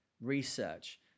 research